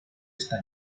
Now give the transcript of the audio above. está